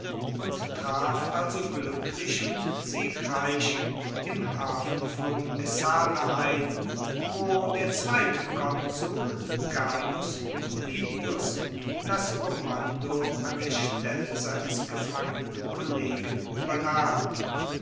und traf also gluecklich und siegreich im hafen von messana ein wo der zweite konsul gaius duilius das kommando an der stelle seines gefangenen kollegen uebernahm